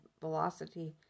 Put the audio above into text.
velocity